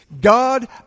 God